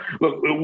Look